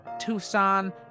Tucson